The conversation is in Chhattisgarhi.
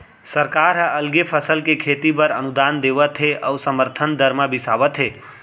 सरकार ह अलगे फसल के खेती बर अनुदान देवत हे अउ समरथन दर म बिसावत हे